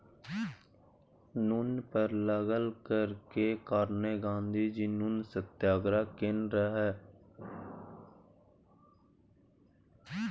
नुन पर लागल कर केर कारणेँ गाँधीजी नुन सत्याग्रह केने रहय